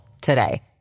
today